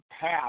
path